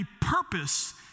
purpose